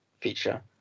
feature